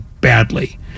badly